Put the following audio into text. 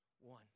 One